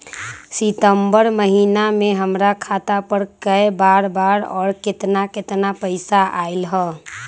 सितम्बर महीना में हमर खाता पर कय बार बार और केतना केतना पैसा अयलक ह?